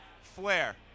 Flair